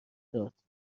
داد